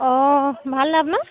অঁ ভালনে আপোনাৰ